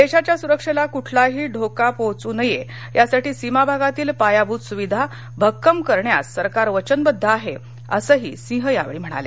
देशाच्या सुरक्षेला कुठलाही धोका पोहोचू नये यासाठी सीमा भागातील पायाभूत सुविधा भक्कम करण्यास सरकार वचनबद्ध आहे असं सिंह यावेळी म्हणाले